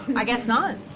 i guess not.